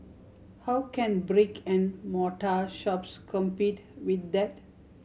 how can brick and mortar shops compete with that